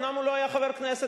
אומנם הוא לא היה חבר כנסת,